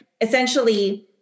essentially